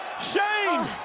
shane,